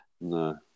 No